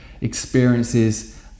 experiences